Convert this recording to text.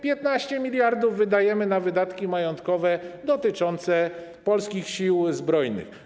15 mld wydajemy na wydatki majątkowe dotyczące polskich Sił Zbrojnych.